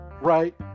right